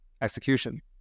execution